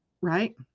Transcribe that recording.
Right